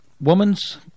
woman's